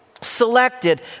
Selected